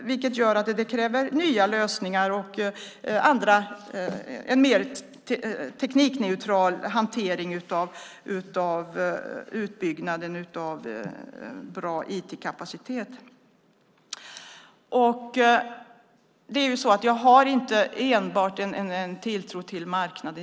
Det kräver nya lösningar och en mer teknikneutral hantering av utbyggnaden av bra IT-kapacitet. Jag har inte enbart en tilltro till marknaden.